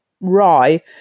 rye